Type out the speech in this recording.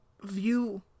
view